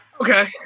Okay